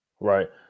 Right